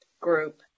group